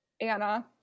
anna